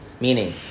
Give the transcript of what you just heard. Meaning